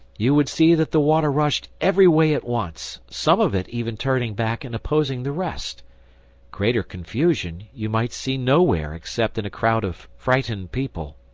you would see that the water rushed every way at once, some of it even turning back and opposing the rest greater confusion you might see nowhere except in a crowd of frightened people.